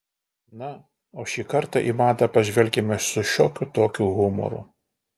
na o šį kartą į madą pažvelkime su šiokiu tokiu humoru